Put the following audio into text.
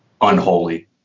Unholy